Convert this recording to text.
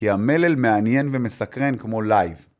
המלל מעניין ומסקרן כמו לייב.